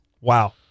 Wow